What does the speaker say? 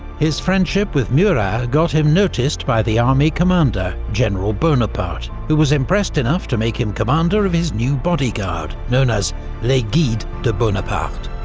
his friendship with murat got him noticed by the army commander general bonaparte, who was impressed enough to make him commander of his new bodyguard, known as les guides de bonaparte.